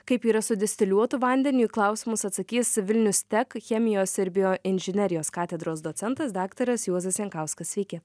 kaip yra su distiliuotu vandeniu į klausimus atsakys vilnius tech chemijos ir bioinžinerijos katedros docentas daktaras juozas jankauskas sveiki